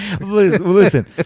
Listen